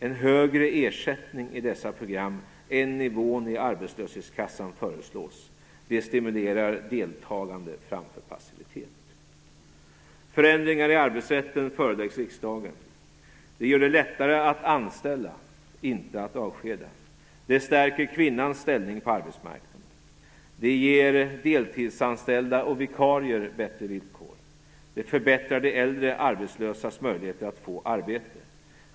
En högre ersättning i dessa program än nivån i arbetslöshetsskassan föreslås. Det stimulerar deltagande framför passivitet. De gör det lättare att anställa, inte att avskeda. De stärker kvinnans ställning på arbetsmarknaden. De ger deltidsanställda och vikarier bättre villkor. De förbättrar de äldre arbetslösas möjligheter att få arbete.